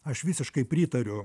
aš visiškai pritariu